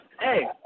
hey –